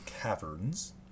caverns